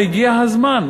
הגיע הזמן,